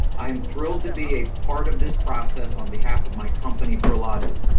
i am thrilled to be a part of this process on behalf of my company, prologis.